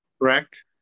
Correct